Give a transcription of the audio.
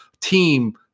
team